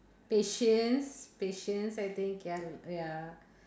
patience patience I think ya ya